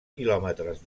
quilòmetres